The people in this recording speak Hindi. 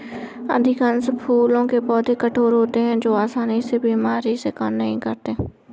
अधिकांश फूलों के पौधे कठोर होते हैं जो आसानी से बीमारी का शिकार नहीं बनते